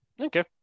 Okay